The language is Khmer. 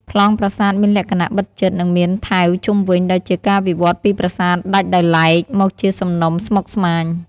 ប្លង់ប្រាសាទមានលក្ខណៈបិទជិត និងមានថែវជុំវិញ ដែលជាការវិវត្តពីប្រាសាទដាច់ដោយឡែកមកជាសំណុំស្មុគស្មាញ។